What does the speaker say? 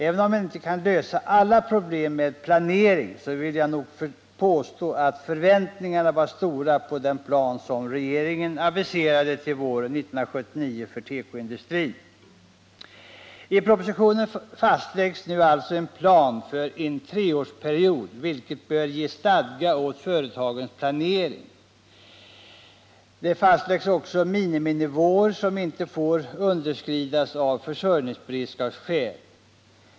Även om man inte kan lösa alla problem med planering, var —det vill jag nog påstå — förväntningarna stora på den plan som regeringen aviserade till våren 1979 för tekoindustrin. I propositionen fastläggs nu en plan för en treårsperiod, vilket bör ge stadga åt företagens planering. I propositionen fastläggs också miniminivåer som inte får underskridas av försörjningsberedskapsskäl.